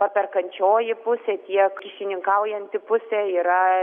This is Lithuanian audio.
paperkančioji pusė tiek kyšininkaujanti pusė yra